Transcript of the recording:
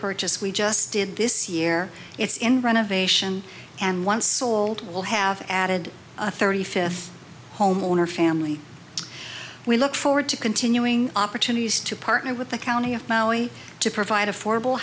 repurchase we just did this year it's in renovation and once sold will have added thirty fifth homeowner family we look forward to continuing opportunities to partner with the county of to provide affordable